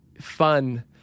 fun